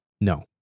No